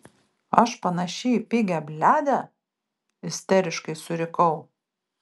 aš panaši į pigią bliadę isteriškai surikau